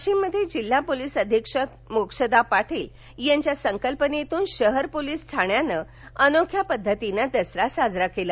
वाशीममध्ये जिल्हा पोलीस अधीक्षक मोक्षदा पाटील यांच्या संकल्पनेतून शहर पोलीस ठाण्यानं अनोख्या पध्द्तीनं दसरा साजरा केला